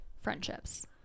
friendships